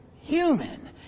human